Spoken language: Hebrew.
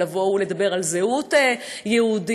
ולבוא ולדבר על זהות יהודית,